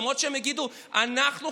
למרות שהם יגידו: אנחנו,